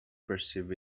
perceived